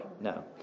No